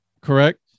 correct